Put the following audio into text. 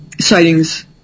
sightings